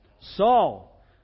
Saul